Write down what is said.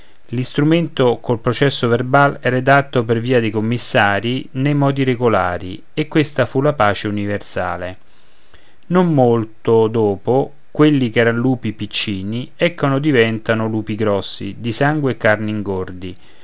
cani l'istrumento col processo verbale è redatto per via di commissari nei modi regolari e questa fu la pace universale non molto dopo quelli ch'eran lupi piccini ecco diventano lupi grossi di sangue e carne ingordi